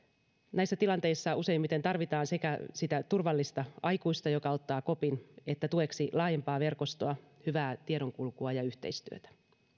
näissä tilanteissa useimmiten tarvitaan sekä sitä turvallista aikuista joka ottaa kopin että tueksi laajempaa verkostoa hyvää tiedonkulkua ja yhteistyötä